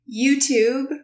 YouTube